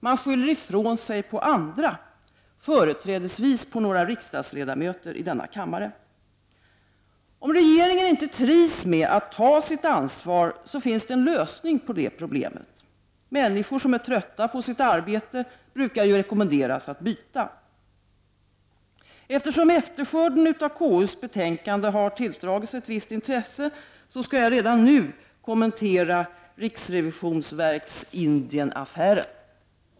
Man skyller ifrån sig på andra, företrädesvis på några riksdagsledamöter i denna kammare. Om regeringen inte trivs med att ta sitt ansvar finns det en lösning på det problemet. Människor som är trötta på sitt arbete brukar ju rekommenderas att byta. Eftersom efterskörden av KUs betänkande har tilldragit sig visst intresse, skall jag redan nu kommentera Indienaffären och riksrevisionsverket.